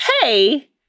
hey